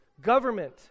Government